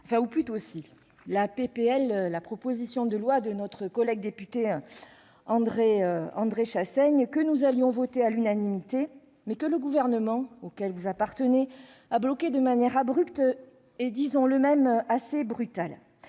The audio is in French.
n'y a eu plus rien, si ce n'est la proposition de loi de notre collègue député André Chassaigne, que nous allions voter à l'unanimité, mais que le gouvernement auquel vous appartenez a bloqué de manière abrupte et même, disons-le, assez brutale.